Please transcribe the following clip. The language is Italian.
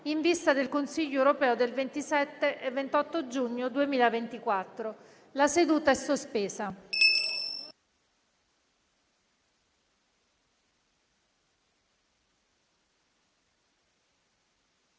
in vista del Consiglio europeo del 27 e 28 giugno 2024. La seduta è sospesa.